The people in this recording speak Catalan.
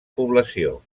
població